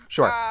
Sure